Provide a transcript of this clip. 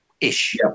Ish